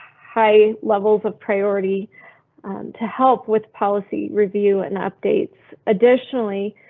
high levels of priority to help with policy review and updates additionally,